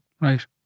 Right